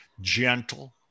gentle